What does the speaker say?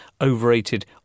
overrated